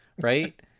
right